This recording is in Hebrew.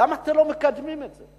למה אתם לא מקדמים את זה?